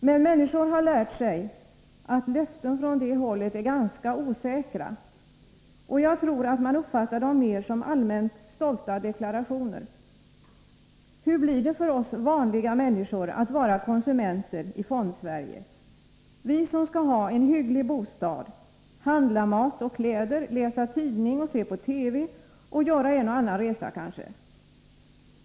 Men människor har lärt sig att löften från det hållet är ganska osäkra, och jag tror att man uppfattar dem mer som allmänt stolta deklarationer. Hur blir det för oss vanliga människor att vara konsumenter i Fondsverige? Vi som skall ha en hygglig bostad, handla mat och kläder, läsa tidning, se på TV och kanske göra en och annan resa.